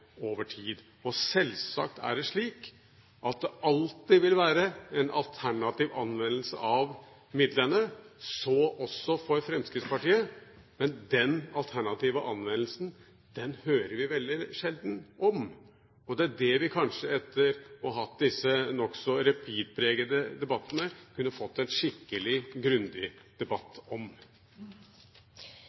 over tid. Selvsagt er det slik at det alltid vil være en alternativ anvendelse av midlene, så også for Fremskrittspartiet, men den alternative anvendelsen hører vi veldig sjelden om. Det kunne vi kanskje fått en skikkelig grundig debatt om